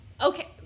Okay